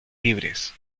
libres